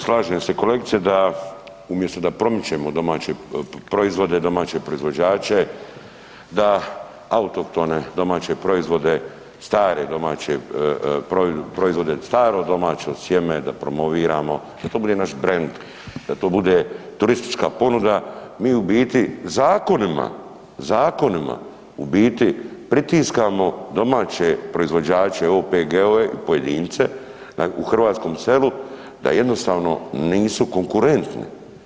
Slažem se kolegice da umjesto da promičemo domaće proizvode, domaće proizvođače, da autohtone domaće proizvode, stare domaće proizvode, staro domaće sjeme da promoviramo, da to bude naš brand, da to bude turistička ponuda mi u biti zakonima, zakonima, u biti pritiskamo domaće proizvođače, OPG-ove i pojedince, u hrvatskom selu da jednostavno nisu konkurentni.